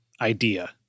idea